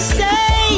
say